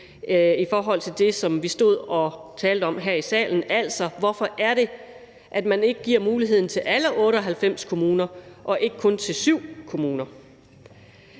i forhold til det, som vi stod og talte om her i salen, altså hvorfor det er, at man ikke giver muligheden til alle 98 kommuner og ikke kun til 7 kommuner.